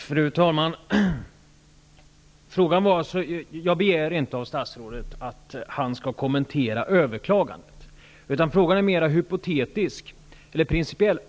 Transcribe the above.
Fru talman! Jag begär inte av statsrådet att han skall kommentera överklagandet. Min fråga är mer principiell.